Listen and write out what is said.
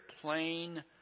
plain